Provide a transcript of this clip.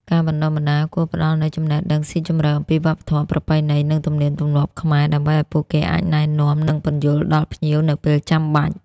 ការបណ្តុះបណ្តាលគួរផ្តល់នូវចំណេះដឹងស៊ីជម្រៅអំពីវប្បធម៌ ប្រពៃណី និងទំនៀមទម្លាប់ខ្មែរ ដើម្បីឱ្យពួកគេអាចណែនាំ និងពន្យល់ដល់ភ្ញៀវនៅពេលចាំបាច់។